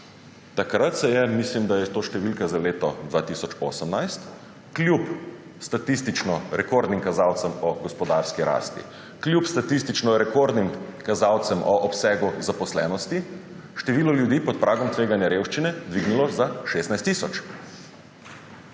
Takrat se je – mislim, da je to številka za leto 2018 – kljub statistično rekordnim kazalcem po gospodarski rasti, kljub statistično rekordnim kazalcem o obsegu zaposlenosti število ljudi pod pragom tveganja revščine dvignilo za 16 tisoč.